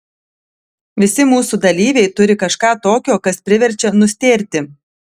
visi mūsų dalyviai turi kažką tokio kas priverčia nustėrti